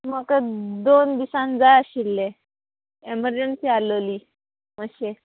म्हाका दोन दिसान जाय आशिल्ले एमरजंसी आल्होली मातशें